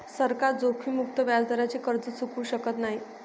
सरकार जोखीममुक्त व्याजदराने कर्ज चुकवू शकत नाही